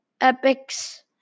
epics